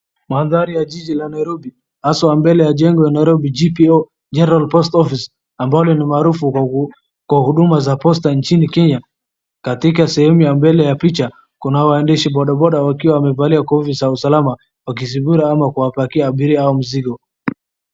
Mandhari ya jiji la Nairobi, hasaa mahali ya jengo la Nairobi GPO, General Post Office ambalo ni maarufu kwa huduma za posta nchini Kenya, katika sehemu ya mbele ya picha kuna waendesha bodaboda wakiwa wamevalia kofia za usalama wakizingira ama kuwapakia abiria hao mizigo.